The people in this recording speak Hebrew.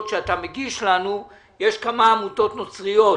שאתה מגיש לנו יש כמה עמותות נוצריות,